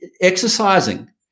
exercising